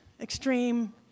Extreme